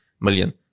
million